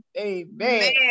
amen